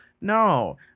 No